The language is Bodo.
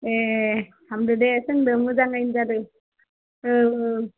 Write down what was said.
ए हामदोदे सोंदो मोजाङानो जादो औ औ